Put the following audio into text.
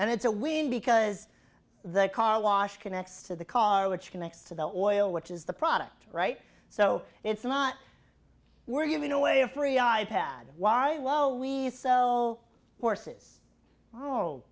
and it's a win because the car wash connects to the car which connects to the oil which is the product right so it's not we're giving away a free i pad why well we sell horses oh